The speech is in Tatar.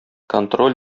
контроль